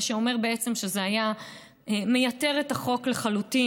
מה שאומר בעצם שזה היה מייתר את החוק לחלוטין